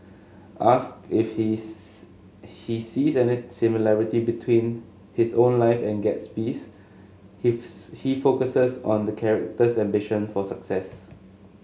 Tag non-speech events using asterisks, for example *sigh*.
asks if he *unintelligible* he sees any similarity between his own life and Gatsby's *unintelligible* he focuses on the character's ambition for success